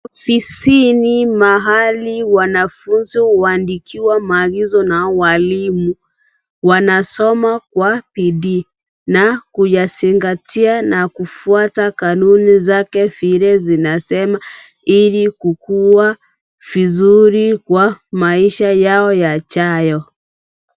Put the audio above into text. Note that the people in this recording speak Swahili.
Fisini mahali wanafunzi huandikiwa maagizo na waalimu, wanasoma kwa, pidii, na, kuyasingatia na kufuata kanuni zake file zinasema, ili, kukuwa , fisuri, kwa, maisha yao yachayo.